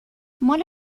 مال